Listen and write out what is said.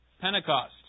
Pentecost